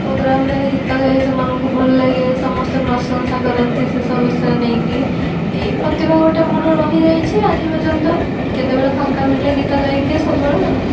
ପ୍ରୋଗ୍ରାମରେ ଗୀତ ଗାଏ ସେମାନଙ୍କୁ ଭଲ ଲାଗେ ସମସ୍ତେ ପ୍ରଶଂସା କରନ୍ତି ସେସବୁ ବିଷୟ ନେଇକି ଏହି ପ୍ରତିଭା ଗୋଟିଏ ମୋ'ର ରହିଯାଇଛି ଆଜି ପର୍ଯ୍ୟନ୍ତ କେତେବେଳେ ଫାଙ୍କା ମିଳିଲେ ଗୀତ ଗାଇଦିଏ ସବୁବେଳେ ଆଉ